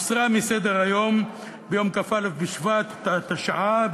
הוסרה מסדר-היום ביום כ"א בשבט התשע"א,